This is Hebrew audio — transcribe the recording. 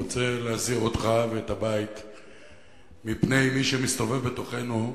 רוצה להזהיר אותך ואת הבית מפני מי שמסתובב בתוכנו.